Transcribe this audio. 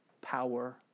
power